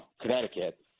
Connecticut